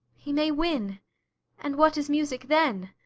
he may win and what is music then?